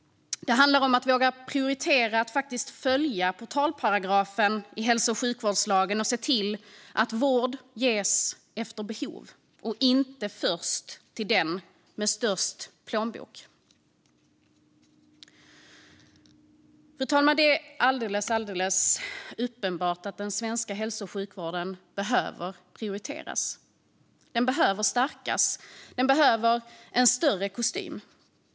Det handlar även om att våga prioritera att följa portalparagrafen i hälso och sjukvårdslagen och se till att vård ges efter behov och inte först till den med störst plånbok. Fru talman! Det är alldeles uppenbart att den svenska hälso och sjukvården behöver prioriteras. Den behöver stärkas. Den behöver en större kostym.